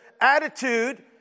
attitude